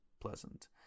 pleasant